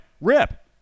rip